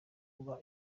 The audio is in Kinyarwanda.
kuba